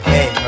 Hey